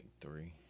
three